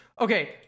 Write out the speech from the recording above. okay